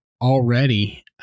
already